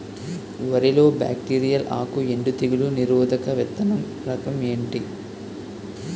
వరి లో బ్యాక్టీరియల్ ఆకు ఎండు తెగులు నిరోధక విత్తన రకం ఏంటి?